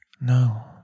No